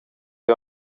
jeu